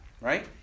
right